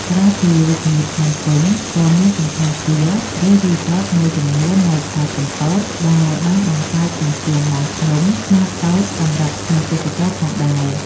ក្រៅពីរាជធានីភ្នំពេញ ក៏មានសណ្ឋាគារ ឬរីសតមួយចំនួននៅខេត្តកំពត ដែលបានបង្កើតជញ្ជាំងឡើងភ្នំខ្នាតតូចសម្រាប់ភ្ញៀវទេសចរផងដែរ។